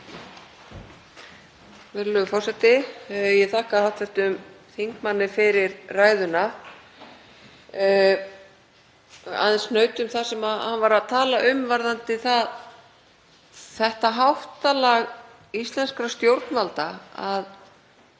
þetta háttalag íslenskra stjórnvalda að